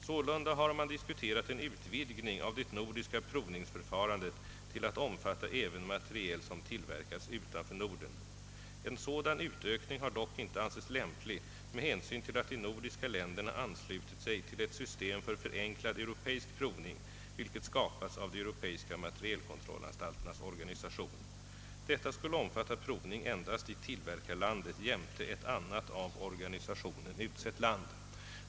Sålunda har man diskuterat en utvidgning av det nordiska provningsförfarandet till att omfatta även materiel som tillverkats utanför Norden. En sådan utökning har dock inte ansetts lämplig med hänsyn till att de nordiska länderna anslutit sig till ett system för förenklad europeisk provning, vilket skapats av de europeiska materielkontrollanstalternas organisation. Detta skulle omfatta provning endast i tillverkarlandet jämte ett annat av organisationen utsett land.